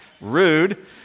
rude